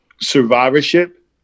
survivorship